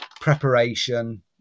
preparation